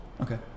Okay